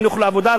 חינוך לעבודה,